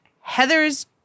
Heather's